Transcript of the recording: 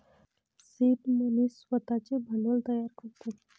seed money स्वतःचे भांडवल तयार करतो